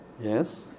Yes